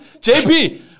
JP